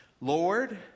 Lord